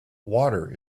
water